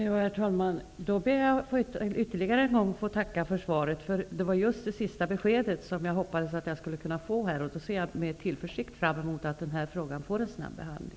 Herr talman! Jag ber att ytterligare en gång få tacka för svaret. Det var just det sista beskedet som jag hoppades att jag skulle få här. Jag ser med tillförsikt fram emot att frågan får en snabb behandling.